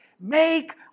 Make